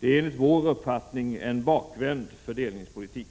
Det är en bakvänd fördelningspolitik.